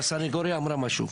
הסנגוריה אמרה משהו,